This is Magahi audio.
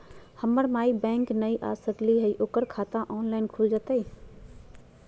हमर माई बैंक नई आ सकली हई, ओकर खाता ऑनलाइन खुल जयतई?